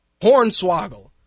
Hornswoggle